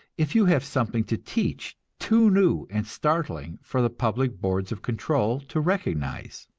if you have something to teach, too new and startling for the public boards of control to recognize.